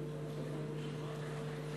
(חותם על ההצהרה)